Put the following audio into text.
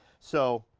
so,